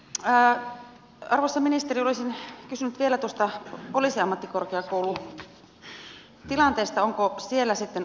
mutta arvoisa ministeri olisin kysynyt vielä tuosta poliisiammattikorkeakoulun tilanteesta ovatko siellä sitten opetusresurssit riittävät